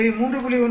எனவே 3